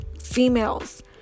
females